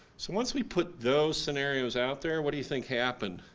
so once we put those scenarios out there, what do you think happened?